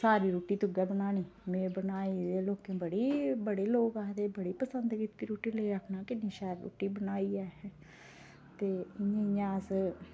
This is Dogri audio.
सारी रुट्टी तू गै बनानी ते में बनाई ते बड़े लोक आए दे हे ते बड़ी पसंद कीती रुट्टी ते आक्खन कि किन्नी शैल रुट्टी बनाई ऐ ते इं'या इं'या अस